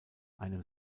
einem